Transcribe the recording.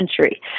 century